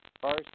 First